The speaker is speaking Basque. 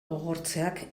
gogortzeak